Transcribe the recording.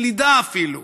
סלידה אפילו.